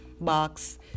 box